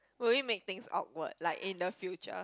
will it make things awkward like in the future